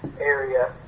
area